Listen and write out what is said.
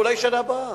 אולי בשנה הבאה.